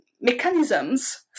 mechanisms